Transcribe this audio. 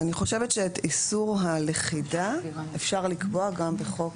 ואני חושבת שאת איסור הלכידה אפשר לקבוע גם בחוק